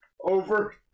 over